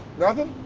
nothing?